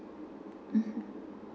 mmhmm